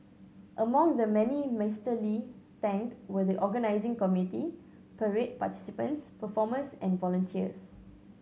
among the many Mister Lee thanked were the organising committee parade participants performers and volunteers